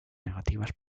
negativas